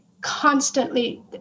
constantly